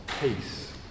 peace